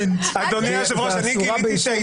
שמצב חוק הקורונה הרגיל יהיה אישור